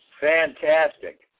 Fantastic